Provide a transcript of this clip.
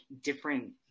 different